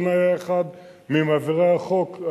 יונה היה אחד ממעבירי החוק.